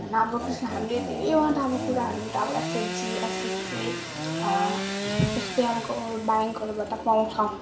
होइन अब कृषि हामीले धेरैवटा अब कुराहरूबाट अब एसएचजी एसएससी यस्तै अब ब्याङ्कहरूबाट पाउँछौँ